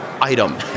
item